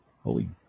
Holy